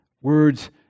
Words